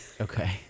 Okay